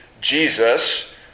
Jesus